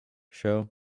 show